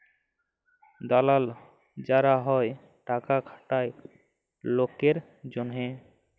দালাল যারা হ্যয় টাকা খাটায় লকের জনহে